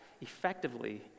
effectively